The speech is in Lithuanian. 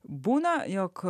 būna jog